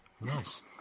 Nice